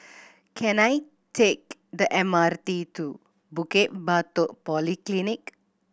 can I take the M R T to Bukit Batok Polyclinic